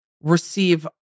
receive